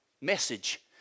Message